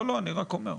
לא, אני רק אומר.